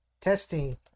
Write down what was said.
testing